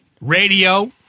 Radio